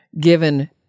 given